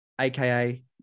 aka